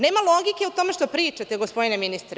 Nema logike u tome što pričate, gospodine ministre.